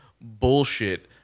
bullshit